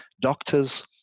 doctors